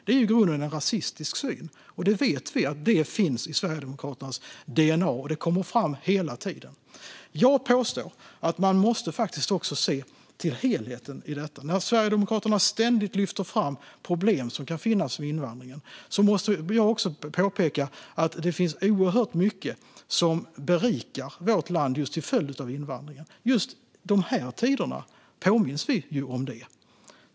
Det är i grunden en rasistisk syn. Vi vet att detta finns i Sverigedemokraternas dna, och det kommer fram hela tiden. Jag påstår att man också måste se till helheten i detta. När Sverigedemokraterna ständigt lyfter fram de problem som kan finnas med invandringen måste jag påpeka att det finns oerhört mycket som berikar vårt land i invandringens följd. Just de här tiderna påminns vi om det.